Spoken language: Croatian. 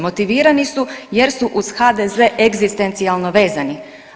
Motivirani su jer su uz HDZ egzistencijalno vezani.